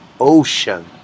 ocean